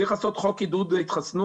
צריך לעשות חוק עידוד התחסנות